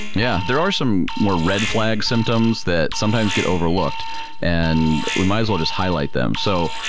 yeah there are some more red flag symptoms that sometimes get overlooked and we might as well just highlight them. so,